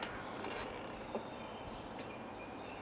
oh